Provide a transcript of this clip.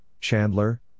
Chandler